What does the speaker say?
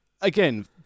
again